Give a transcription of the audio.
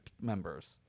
members